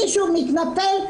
מישהו מתנפל,